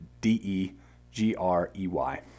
d-e-g-r-e-y